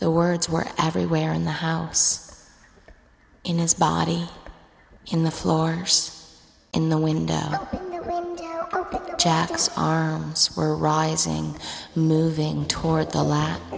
the words were everywhere in the house in his body in the floor in the window jack's arms were rising moving toward the la